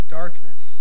darkness